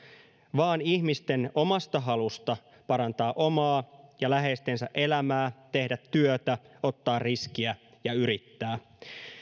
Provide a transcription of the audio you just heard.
vaan ihmisten omasta halusta parantaa omaa ja läheistensä elämää tehdä työtä ottaa riskiä ja yrittää